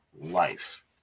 life